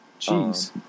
Jeez